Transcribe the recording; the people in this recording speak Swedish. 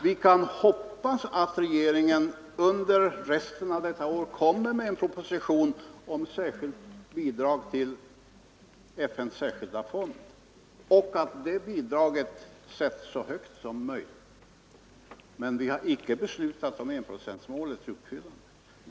Vi kan hoppas att regeringen under resten av detta år lägger fram en proposition om ett speciellt bidrag till FN:s särskilda fond och att det bidraget sättes så högt som möjligt, men vi har icke beslutat om uppfyllande av enprocentsmålet.